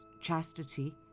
chastity